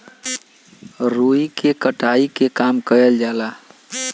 रुई के कटाई के काम करल जाला